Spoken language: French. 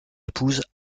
épouse